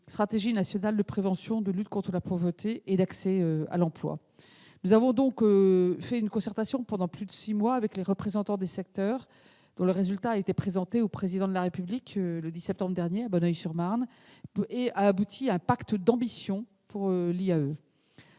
stratégie nationale de prévention et de lutte contre la pauvreté et d'accès à l'emploi. Pendant plus de six mois, nous avons mené une concertation avec les représentants du secteur, dont le résultat a été présenté au Président de la République le 10 septembre dernier à Bonneuil-sur-Marne et a abouti à un « pacte d'ambition pour l'IAE